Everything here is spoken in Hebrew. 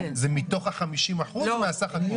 זה מתוך ה-50% או מהסך הכול?